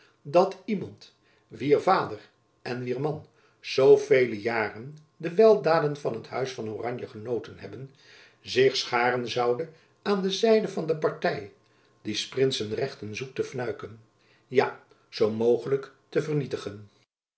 dat iemand wier vader en wier man zoo vele jaren de weldaden van het huis van oranje genoten hebben zich scharen zoude aan de zijde van de party die s prinsen rechten zoekt te fnuiken ja zoo mogelijk te vernietigen